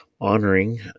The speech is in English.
honoring